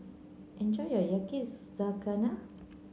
enjoy your Yakizakana